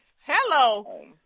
Hello